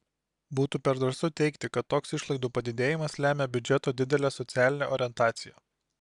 būtų per drąsu teigti kad toks išlaidų padidėjimas lemia biudžeto didelę socialinę orientaciją